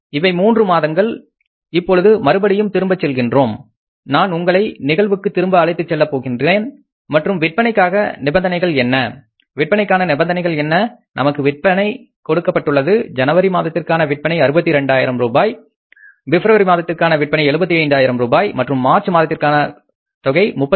இவை மூன்று மாதங்கள் இப்பொழுது மறுபடியும் திரும்ப செல்கின்றோம் நான் உங்களை நிகழ்வுக்கு திரும்ப அழைத்துச் செல்லப் போகின்றேன் மற்றும் விற்பனைக்கான நிபந்தனை என்ன நமக்கு விற்பனை கொடுக்கப்பட்டுள்ளது ஜனவரி மாதத்திற்கான விற்பனை 62000 ரூபாய் பிப்ரவரி மாதத்திற்கான விற்பனை 75 ஆயிரம் ரூபாய் மற்றும் மார்ச் மாதத்திற்கான தொகை 38000 சரிதானே